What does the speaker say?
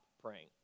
praying